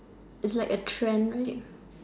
is like a trend